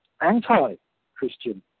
anti-christian